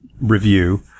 review